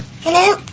hello